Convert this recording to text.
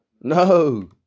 no